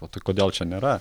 o tai kodėl čia nėra